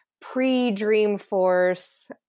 pre-Dreamforce